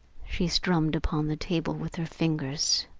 she strummed upon the table with her fingers.